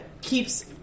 keeps